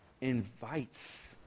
invites